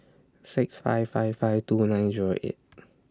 six five five five two nine Zero eight